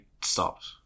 stopped